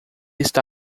está